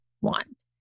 want